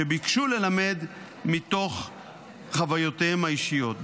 שביקשו ללמד מתוך חוויותיהם האישיות.